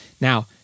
Now